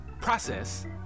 process